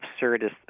absurdist